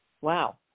Wow